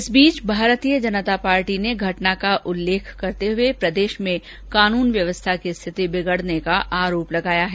इस बीच भारतीय जनता पार्टी ने घटना का उल्लेख करते हुए प्रदेश में कानून व्यवस्था की स्थिति बिगड़ने का आरोप लगाया है